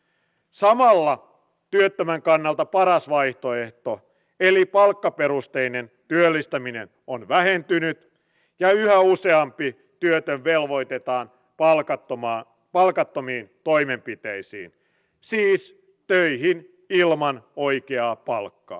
samalla työttömän kannalta paras vaihtoehto eli palkkaperusteinen työllistäminen on vähentynyt ja yhä useampi työtön velvoitetaan palkattomiin toimenpiteisiin siis töihin ilman oikeaa palkkaa